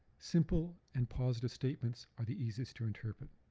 simple and positive statements are the easiest to interpret.